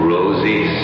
Rosie